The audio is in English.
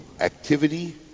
activity